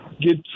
get